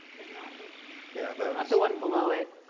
but not the yeah not the one below it,